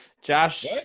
Josh